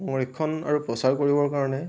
সংৰক্ষণ আৰু প্ৰচাৰ কৰিবৰ কাৰণে